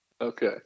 Okay